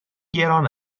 گران